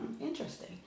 interesting